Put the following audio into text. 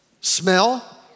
smell